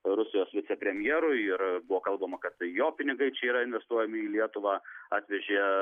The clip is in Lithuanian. rusijos vicepremjerui ir buvo kalbama kad tai jo pinigai čia yra investuojami į lietuvą atvežė